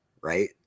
right